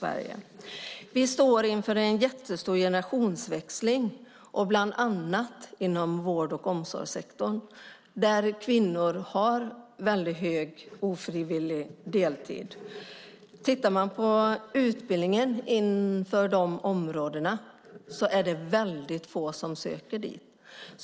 Vi står inför en jättestor generationsväxling i bland annat vård och omsorgssektorn, där kvinnor har väldigt hög andel ofrivillig deltid. Om man ser till utbildningarna på de områdena kan man konstatera att det är väldigt få som söker.